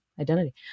identity